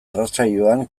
irratsaioan